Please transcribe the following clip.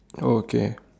okay